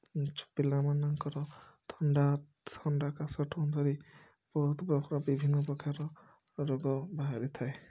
ପିଲାମାନଙ୍କର ଥଣ୍ଡା ଥଣ୍ଡା କାଶଠୁ ଧରି ବହୁତ ପ୍ରକାର ବିଭିନ୍ନ ପ୍ରକାର ରୋଗ ବାହାରିଥାଏ